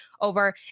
over